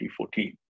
2014